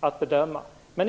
att bedöma.